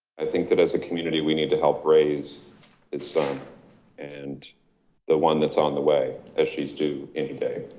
i think that as a community, we need to help raise his son and the one that's on the way as she's due any day.